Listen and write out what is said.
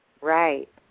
Right